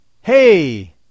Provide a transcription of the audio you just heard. Hey